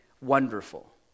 wonderful